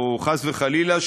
חס וחלילה,